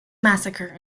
massacre